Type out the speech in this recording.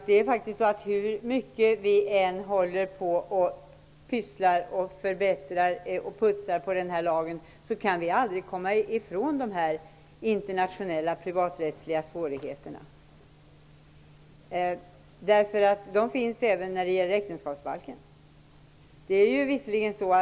Herr talman! Hur mycket vi än pysslar, förbättrar och putsar när det gäller den här lagen, kan vi aldrig komma ifrån de internationella privaträttsliga svårigheterna. De finns även när det gäller äktenskapsbalken.